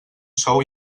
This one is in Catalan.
sou